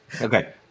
Okay